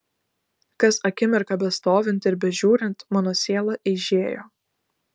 kas akimirką bestovint ir bežiūrint mano siela eižėjo